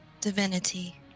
divinity